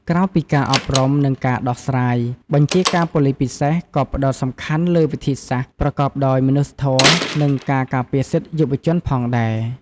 ក្រៅពីការអប់រំ និងការដោះស្រាយ បញ្ជាការប៉ូលិសពិសេសក៏ផ្តោតសំខាន់លើវិធីសាស្ត្រប្រកបដោយមនុស្សធម៌ និងការការពារសិទ្ធិយុវជនផងដែរ។